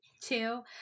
two